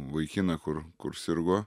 vaikiną kur kur sirgo